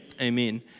Amen